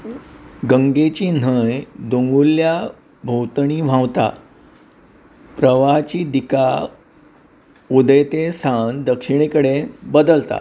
गंगेची न्हंय दोंगुल्ल्यां भोंवतणी व्हांवता प्रवाहाची दिका उदेंते सावन दक्षिणे कडेन बदलता